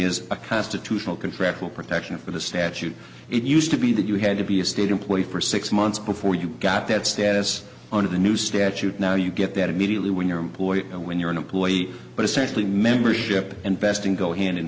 is a constitutional contractual protection of the statute it used to be that you had to be a state employee for six months before you got that status under the new statute now you get that immediately when you're employed when you're an employee but essentially membership and vesting go hand in